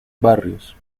barrios